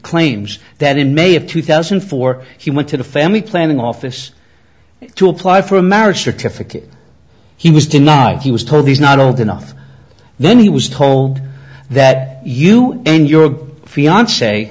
claims that in may of two thousand and four he went to the family planning office to apply for a marriage certificate he was denied he was told he's not old enough then he was told that you and your fiance